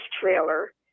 trailer